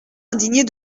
indignée